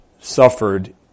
suffered